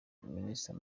minister